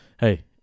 hey